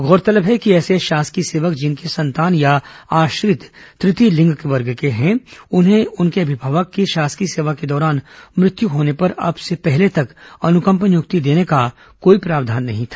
गौरतलब है कि ऐसे शासकीय सेवक जिनकी संतान या आश्रित तृतीय लिंग वर्ग के हैं उन्हें उनके अभिभावक की शासकीय सेवा के दौरान मृत्यु होने पर अब से पहले तक अनुकंपा नियुक्ति देने का कोई प्रावधान नहीं था